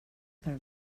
per